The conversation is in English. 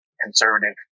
conservative